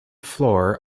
floor